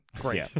Great